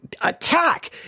attack